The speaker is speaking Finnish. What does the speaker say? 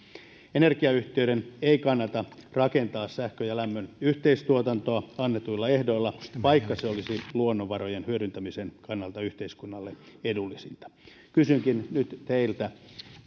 energiayhtiöiden ei kannata rakentaa sähkön ja lämmön yhteistuotantoa annetuilla ehdoilla vaikka se olisi luonnonvarojen hyödyntämisen kannalta yhteiskunnalle edullisinta kysynkin nyt teiltä